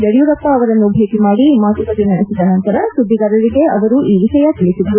ಯಡಿಯೂರಪ್ಪ ಅವರನ್ನು ಭೇಟಿ ಮಾಡಿ ಮಾತುಕತೆ ನಡೆಸಿದ ನಂತರ ಸುದ್ದಿಗಾರರಿಗೆ ಅವರು ಈ ವಿಷಯ ತಿಳಿಸಿದರು